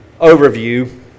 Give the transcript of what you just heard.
overview